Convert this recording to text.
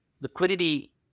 liquidity